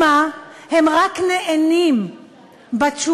משום מה הם רק נענים בתשובה,